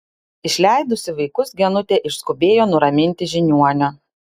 išleidusi vaikus genutė išskubėjo nuraminti žiniuonio